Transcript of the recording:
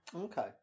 okay